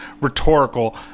rhetorical